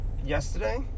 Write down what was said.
yesterday